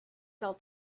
sell